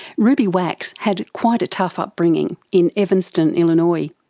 ruby wax had quite a tough upbringing in evanston, illinois.